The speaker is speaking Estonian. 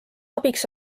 abiks